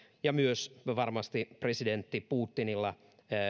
ja myös varmasti presidentti putinilla